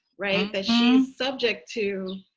right? that she's subject to.